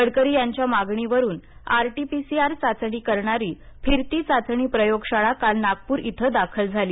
गडकरी यांच्या मागणीवरून RT PCR चाचणी करणारी फिरती चाचणी प्रयोगशाळा काल नागपूर इथं दाखल झाली